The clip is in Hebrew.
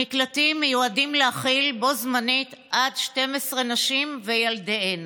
המקלטים מיועדים להכיל בו זמנית עד 12 נשים וילדיהן,